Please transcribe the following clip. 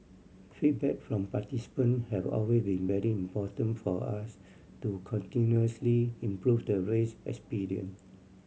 feedback from participant have always been very important for us to continuously improve the race experience